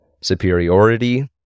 superiority